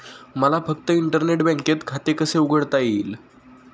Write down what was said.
मला फक्त इंटरनेट बँकेत खाते कसे उघडता येईल?